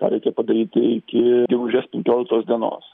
tą reikia padaryti iki gegužės penkioliktos dienos